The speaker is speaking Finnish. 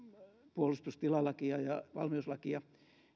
puolustustilalakia ja valmiuslakia